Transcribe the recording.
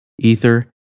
Ether